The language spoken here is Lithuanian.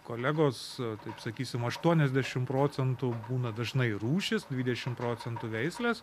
kolegos taip sakysim aštuoniasdešimt procentų būna dažnai rūšys dvidešimt procentų veislės